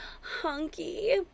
hunky